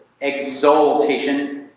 exaltation